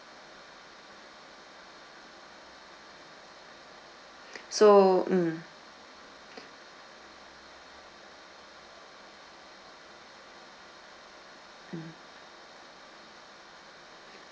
so mm mm